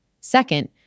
Second